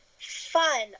fun